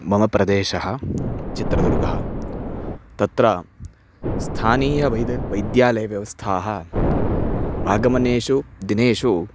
मम प्रदेशः चित्रदुर्गः तत्र स्थानीयवैद् वैद्यालयव्यवस्थाः आगमनेषु दिनेषु